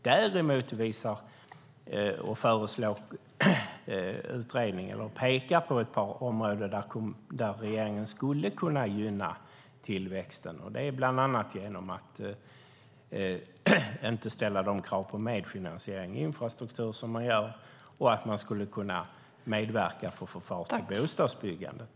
Däremot pekar utredningen på ett par områden där regeringen skulle kunna gynna tillväxten, bland annat genom att inte ställa krav på medfinansiering i infrastrukturen och medverka för att få fart på bostadsbyggandet.